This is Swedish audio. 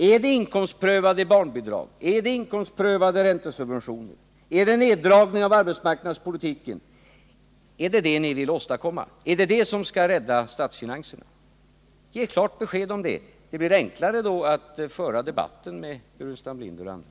Är det inkomstprövade barnbidrag, är det inkomstprövade räntesubventioner, är det neddragning av arbetsmarknadspolitiken som ni vill åstadkomma? Är det detta som skall rädda statsfinanserna? Ge klart besked om det! Det blir enklare då att föra debatten med herr Burenstam Linder och andra.